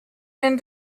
been